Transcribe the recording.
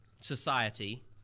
society